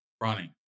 running